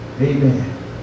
Amen